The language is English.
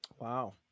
Wow